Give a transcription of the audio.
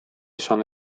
sono